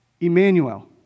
Emmanuel